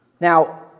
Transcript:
Now